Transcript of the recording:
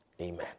Amen